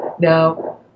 Now